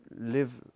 live